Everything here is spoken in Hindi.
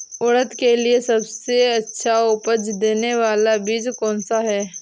उड़द के लिए सबसे अच्छा उपज देने वाला बीज कौनसा है?